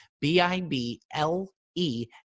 B-I-B-L-E